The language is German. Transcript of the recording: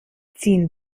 ziehen